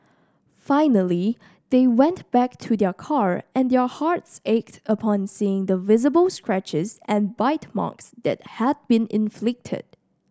finally they went back to their car and their hearts ached upon seeing the visible scratches and bite marks that had been inflicted